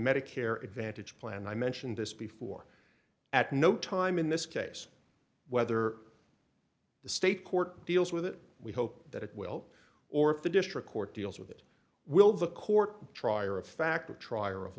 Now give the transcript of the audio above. medicare advantage plan i mentioned this before at no time in this case whether the state court deals with it we hope that it will or if the district court deals with it will the court trier of fact of trier of